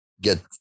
get